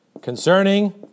concerning